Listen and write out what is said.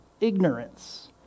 ignorance